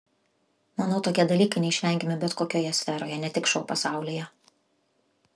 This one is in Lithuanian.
manau tokie dalykai neišvengiami bet kokioje sferoje ne tik šou pasaulyje